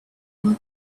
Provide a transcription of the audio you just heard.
real